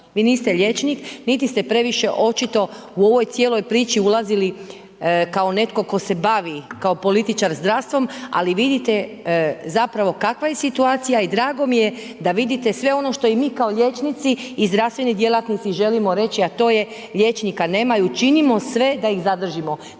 Vi niste liječnik niti ste previše očito u ovoj cijeloj priči ulazili kao netko tko se bavi kao političar zdravstvom, ali vidite zapravo kakva je situacija i drago mi je da vidite sve ono što mi kao liječnici i zdravstveni djelatnici želimo reći, a to je liječnika nema i učinimo sve da ih zadržimo,